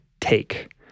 take